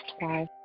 Bye